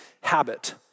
habit